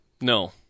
No